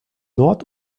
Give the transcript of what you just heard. nord